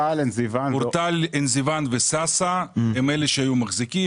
אורטל, עין זיוון וסאסא הם אלה שהיו מחזיקים.